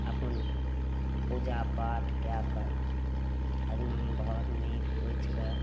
अपन पूजा पाठ कए कऽ अङ्घगना घर नीप पोछि कऽ